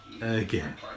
again